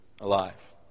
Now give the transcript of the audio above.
alive